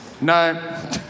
No